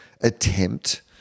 attempt